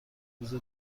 روز